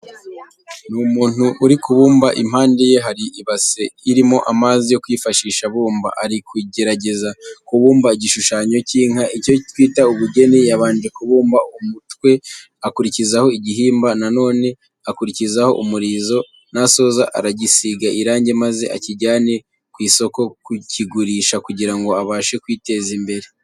Ni umuntu uri kubumba, impande ye hari ibase irimo amazi yo kwifashisha abumba, ari kugerageza kubumba igishushanyo cy'inka, icyo twita ubugeni. Yabanje kubumba umutwe akurikizaho igihimba, na none akurikizaho umurizo, nasoza aragisiga irange maze akijyane ku isoko kukigurisha kugira ngo abashe kwiteza imbere.